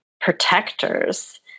protectors